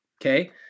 Okay